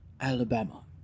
Alabama